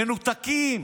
מנותקים,